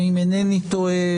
אם אינני טועה,